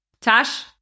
Tash